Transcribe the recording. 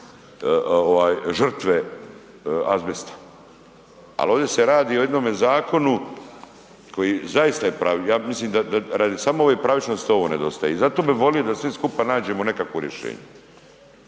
žrtve azbesta, al ovdje se radi o jednome zakonu koji zaista je, ja mislim da, da, radi samo ove pravičnosti ovo nedostaje i zato bi volio da svi skupa nađemo nekakvo rješenje,